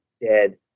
dead